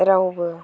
रावबो